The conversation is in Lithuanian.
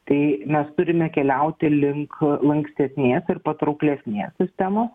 tai mes turime keliauti link lankstesnės ir patrauklesnės sistemos